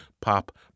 pop